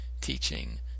teaching